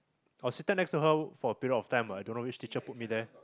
for a certain next to her for a period of time I don't know which teacher put me there